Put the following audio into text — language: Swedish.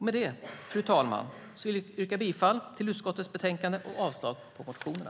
Med det, fru talman, vill jag yrka bifall till utskottets förslag och avslag på motionerna.